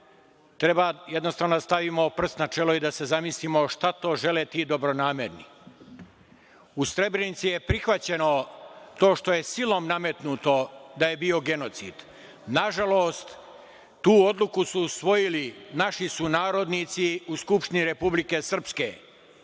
treba jednostavno da stavimo prst na čelo i da za se zamislimo šta to žele ti dobronamerni.U Srebrenici je prihvaćeno to što je silom nametnuto da je bio genocid. Nažalost, tu odluku su usvojili naši sunarodnici u Skupštini Republike Srpske.